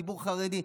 לציבור החרדי.